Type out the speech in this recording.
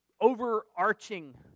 overarching